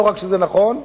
לא רק שזה נכון,